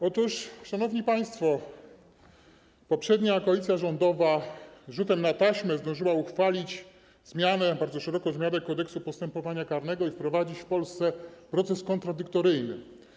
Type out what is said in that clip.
Otóż szanowni państwo, poprzednia koalicja rządowa rzutem na taśmę zdążyła uchwalić bardzo szeroką zmianę Kodeksu postępowania karnego i wprowadzić w Polsce proces kontradyktoryjny.